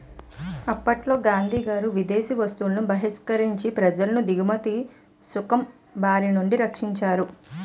అప్పట్లో గాంధీగారు విదేశీ వస్తువులను బహిష్కరించి ప్రజలను దిగుమతి సుంకం బారినుండి రక్షించారు